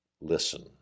listen